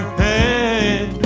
head